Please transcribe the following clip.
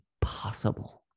possible